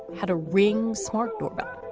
had a ring. smart doorbell.